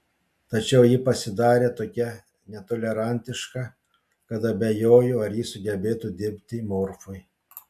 tačiau ji pasidarė tokia netolerantiška kad abejoju ar ji sugebėtų dirbti morfui